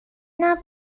not